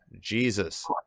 jesus